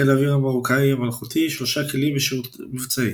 מרוקו – חיל האוויר המרוקאי המלכותי – 3 כלים בשירות מבצעי.